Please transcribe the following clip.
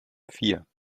vier